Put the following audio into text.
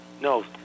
No